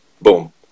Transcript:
Boom